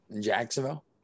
Jacksonville